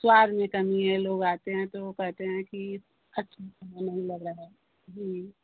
स्वाद में कमी हैं लोग आते हैं तो कहते हैं कि नहीं लग रहा है